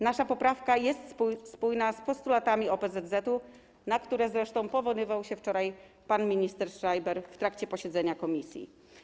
Nasza poprawka jest spójna z postulatami OPZZ, na które zresztą powoływał się wczoraj pan minister Schreiber w trakcie posiedzenia komisji.